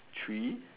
three